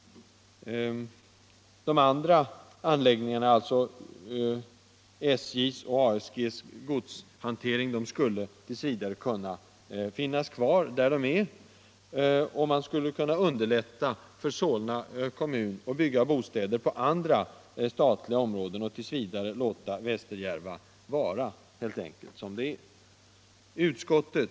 De andra anläggningarna — SJ:s och ASG:s godshantering — skulle t. v. kunna ligga kvar där de är. Man skulle kunna underlätta för Solna kommun att bygga bostäder på andra statliga områden, och t. v. låta Västerjärva vara som det är.